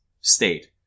state